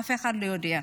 ואף אחד לא יודע.